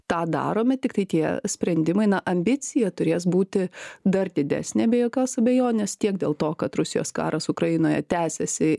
tą darome tiktai tie sprendimai na ambicija turės būti dar didesnė be jokios abejonės tiek dėl to kad rusijos karas ukrainoje tęsiasi